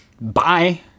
Bye